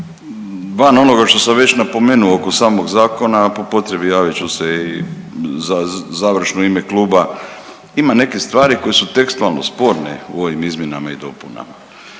van onoga što sam već napomenuo oko samog zakona, a po potrebi javit ću se i završno u ime kluba, ima neke stvari koje su tekstualno sporne u ovim izmjenama i dopunama.